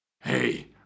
Hey